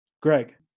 Greg